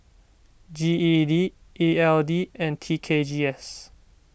G E D E L D and T K G S